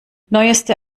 neueste